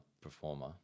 performer